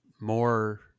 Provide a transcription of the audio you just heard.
more